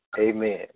amen